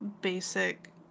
basic